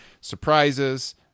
surprises